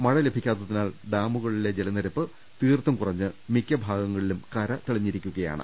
മഴ ലഭിക്കാത്തതിനാൽ ഡാമുകളിലെ ജലനിരപ്പ് തീർത്തും കുറ ഞ്ഞ് മിക്ക ഭാഗങ്ങളിലും കര തെളിഞ്ഞിരിക്കുകയാണ്